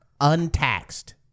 untaxed